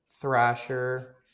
Thrasher